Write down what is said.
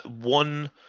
one